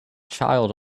child